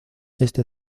este